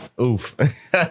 oof